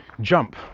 jump